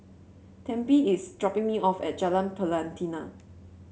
Tempie is dropping me off at Jalan Pelatina